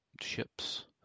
ships